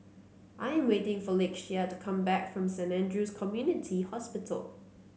I am waiting for Lakeshia to come back from Saint Andrew's Community Hospital